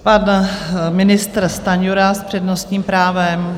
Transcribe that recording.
Pan ministr Stanjura s přednostním právem.